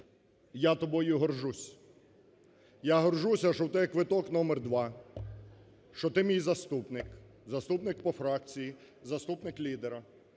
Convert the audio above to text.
я тобою горджусь, я горджуся, що в тебе квиток номер 2, що ти мій заступник, заступник по фракції, заступник лідера.